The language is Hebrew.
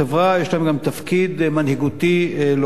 יש להן גם תפקיד מנהיגותי להוביל.